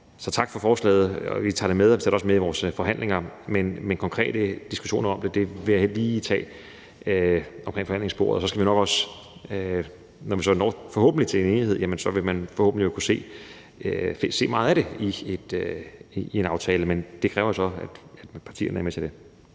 Så tak for forslaget. Vi tager det med, og vi tager det også med i vores forhandlinger. Men konkrete diskussioner om det vil jeg lige tage omkring forhandlingsbordet. Og så kan man nok også, når vi forhåbentlig når til en enighed, kunne se meget af det i en aftale. Men det kræver så, at partierne er med til det.